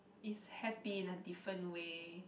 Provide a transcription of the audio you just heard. is happy in a different way